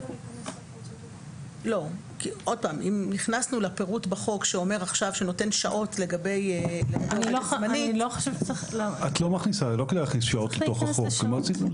אם נכנסנו לפירוט בחוק שנותן שעות --- לא כדאי להכניס שעות לתוך החוק.